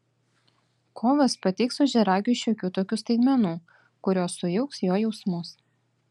kovas pateiks ožiaragiui šiokių tokių staigmenų kurios sujauks jo jausmus